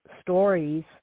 stories